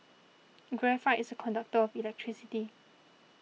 graphite is a conductor of electricity